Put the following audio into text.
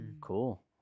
Cool